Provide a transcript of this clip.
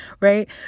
right